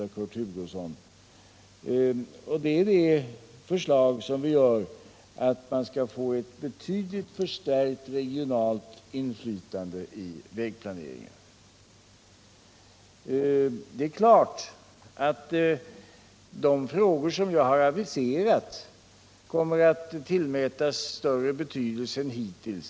Vi har där föreslagit att vi skall få ett betydligt förstärkt regionalt inflytande i vägplaneringen. De frågor som jag har aviserat kommer naturligtvis att tillmätas större betydelse än hittills.